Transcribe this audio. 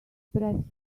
press